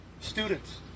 students